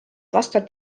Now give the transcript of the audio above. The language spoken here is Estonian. vastavalt